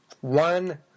one